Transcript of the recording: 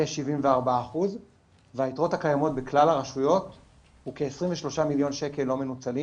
כ-74% והיתרות הקיימות בכלל הרשויות הוא כ-23 מלש"ח לא מנוצלים,